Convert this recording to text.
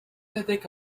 لديك